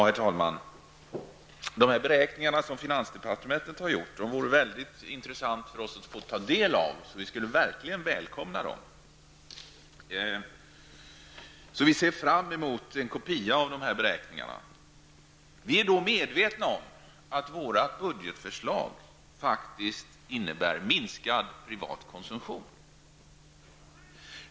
Herr talman! Det vore väldigt intressant för oss att få ta del av de beräkningar finansdepartementet har gjort. Det skulle vi verkligen välkomna. Vi ser alltså fram emot att få en kopia av dessa beräkningar. Vi är medvetna om att våra budgetförslag faktiskt innebär en minskad privat konsumtion.